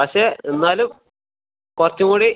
പക്ഷേ എന്നാലും കുറച്ചും കൂടി